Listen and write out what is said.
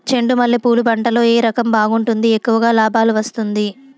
చెండు మల్లె పూలు పంట లో ఏ రకం బాగుంటుంది, ఎక్కువగా లాభాలు వస్తుంది?